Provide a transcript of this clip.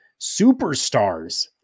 superstars